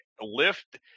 lift